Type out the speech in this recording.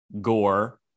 Gore